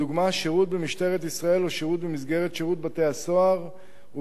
שירות במשטרת ישראל או שירות במסגרת שירות בתי-הסוהר ובמג"ב,